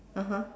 (uh huh)